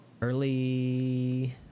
early